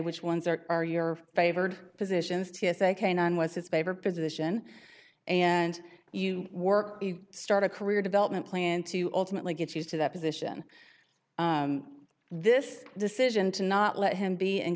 which ones are are your favored positions to say canine was his favorite position and you work to start a career development plan to ultimately get used to that position this decision to not let him be and